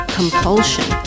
compulsion